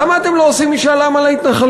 למה אתם לא עושים משאל עם על ההתנחלויות?